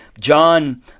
John